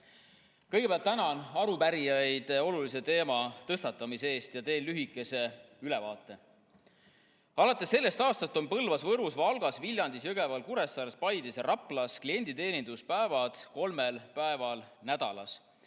Kõigepealt tänan arupärijaid olulise teema tõstatamise eest ja teen lühikese ülevaate. Alates sellest aastast toimub Põlvas, Võrus, Valgas, Viljandis, Jõgeval, Kuressaares, Paides ja Raplas klienditeenindus kolmel päeval nädalas.